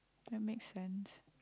that makes sense